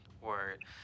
Word